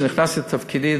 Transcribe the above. כשנכנסתי לתפקידי,